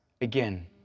again